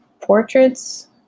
portraits